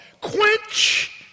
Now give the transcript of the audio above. Quench